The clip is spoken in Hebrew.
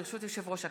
ברשות יושב-ראש הכנסת,